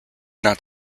not